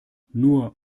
nur